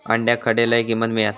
अंड्याक खडे लय किंमत मिळात?